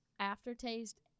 aftertaste